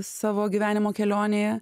savo gyvenimo kelionėje